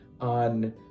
on